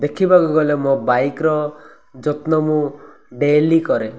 ଦେଖିବାକୁ ଗଲେ ମୋ ବାଇକ୍ର ଯତ୍ନ ମୁଁ ଡେଲି କରେ